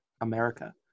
America